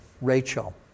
Rachel